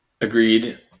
Agreed